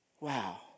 Wow